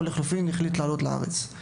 או לחלופין החליט לעלות לארץ.